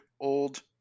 old